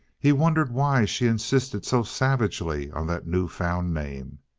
he wondered why she insisted so savagely on that newfound name?